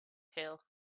tail